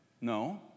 No